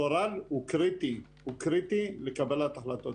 גורל הוא קריטי, הוא קריטי לקבלת החלטות.